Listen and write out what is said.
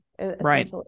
Right